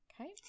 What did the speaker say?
Okay